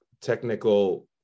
technical